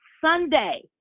Sunday